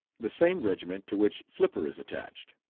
the same regiment to which flipper is attached.